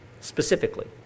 specifically